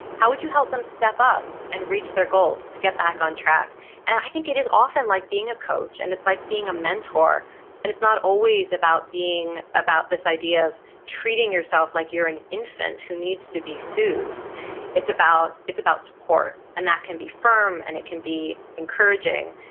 how would you help them step up and reach their goals to get back on track? and i think it is often like being a coach and it's like being a mentor and it's not always about being about this idea of treating yourself like you're an infant who needs to be soothed it's about it's about support. and that can be firm and it can be encouraging.